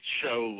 show